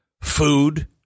food